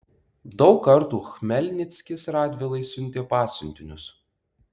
daug kartų chmelnickis radvilai siuntė pasiuntinius